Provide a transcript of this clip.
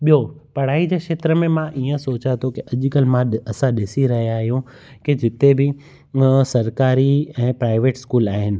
ॿियों पढ़ाई जे खेत्र में मां ईअं सोचा थो की अॼुकल्ह मां असां ॾिसी रहियां आहियूं की जिते बि सरकारी ऐं प्राइवेट स्कूल आहिनि